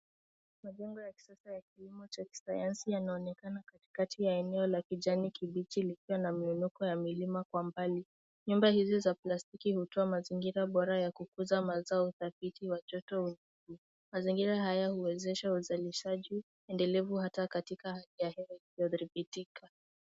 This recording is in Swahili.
Majengo ya kisasa ya kilimo cha kisayansi yanaonekana katikati ya eneo la kijani kibichi lililo na miinuko ya milima kwa mbali. Nyumba hizi za plastiki hutoa mazingira bora ya kukuza mazao, udhibiti wa joto. Mazingira haya huwezesha uzalishaji endelevu hata katika hali ya hewa isiyodhibitika.